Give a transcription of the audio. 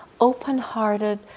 open-hearted